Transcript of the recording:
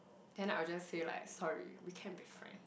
then I will just say like sorry we can't be friend